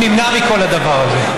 הוא נמנע מכל הדבר הזה.